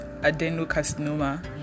adenocarcinoma